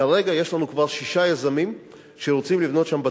כרגע יש לנו כבר שישה יזמים שרוצים לבנות שם בתי-מלון.